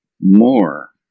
more